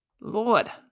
Lord